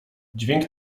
dźwięk